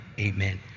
Amen